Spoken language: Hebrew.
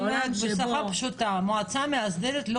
בעולם שבו --- בשפה פשוטה: המועצה המאסדרת לא